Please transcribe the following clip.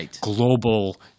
global